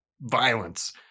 violence